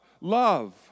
love